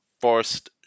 forced